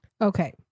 Okay